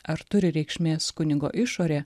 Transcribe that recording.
ar turi reikšmės kunigo išorė